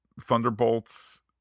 thunderbolts